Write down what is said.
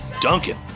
Duncan